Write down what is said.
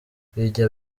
bijya